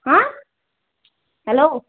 ہہ ہیلو